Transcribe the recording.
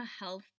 health